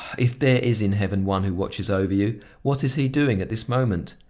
if there is in heaven one who watches over you, what is he doing at this moment?